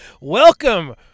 welcome